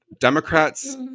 Democrats